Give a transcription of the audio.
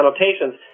annotations